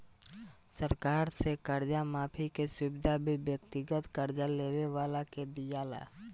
सरकार से कर्जा माफी के सुविधा भी व्यक्तिगत कर्जा लेवे वाला के दीआला